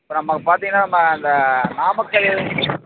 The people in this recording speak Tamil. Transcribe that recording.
இப்போ நம்ம பார்த்தீங்கன்னா நம்ம அந்த நாமக்கல்